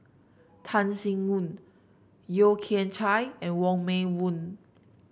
Tan Sin Aun Yeo Kian Chye and Wong Meng Voon